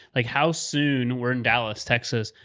like how soon we're in dallas, texas?